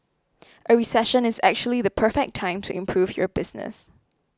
a recession is actually the perfect time to improve your business